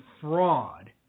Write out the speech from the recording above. fraud